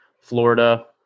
Florida